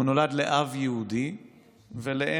הוא נולד לאב יהודי ולאם